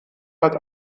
hat